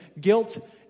guilt